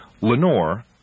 Lenore